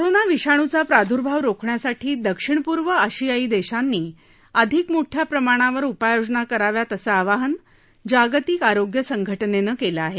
corona विषाणूचा प्रादुर्भाव रोखण्यासाठी दक्षिण पूर्व आशियाई देशांनी अधिक मोठ्या प्रमाणावर उपाययोजना कराव्यात असं आवाहन जागतिक आरोग्य संघटनेनं केलं आहे